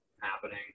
happening